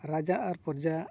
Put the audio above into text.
ᱨᱟᱡᱟ ᱟᱨ ᱯᱚᱨᱡᱟ